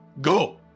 go